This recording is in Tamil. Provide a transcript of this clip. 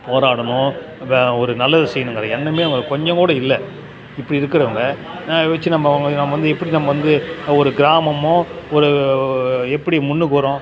போராடணும் வே ஒரு நல்லது செய்யணுங்கற எண்ணமே அவர்களுக்கு கொஞ்சம்கூட இல்லை இப்படி இருக்கிறவங்கள ந வெச்சு நம்ம அவங்க நம்ம வந்து எப்படி நம்ம வந்து ஒரு கிராமமோ ஒரு எப்படி முன்னுக்கு வரும்